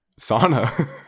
Sauna